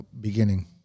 beginning